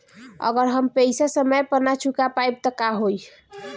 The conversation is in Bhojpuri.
अगर हम पेईसा समय पर ना चुका पाईब त का होई?